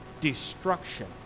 destruction